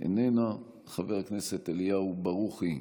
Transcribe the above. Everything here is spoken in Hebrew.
איננה, חבר הכנסת אליהו ברוכי,